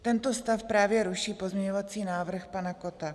Tento stav právě ruší pozměňovací návrh pana Kotta.